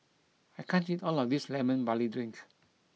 I can't eat all of this Lemon Barley Drink